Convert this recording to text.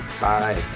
Bye